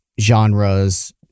genres